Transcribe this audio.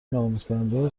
ناامیدکننده